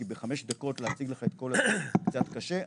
כי בחמש דקות להציג לך את כל הדברים זה קצת קשה,